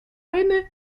eine